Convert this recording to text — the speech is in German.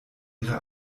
ihre